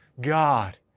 God